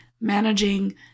managing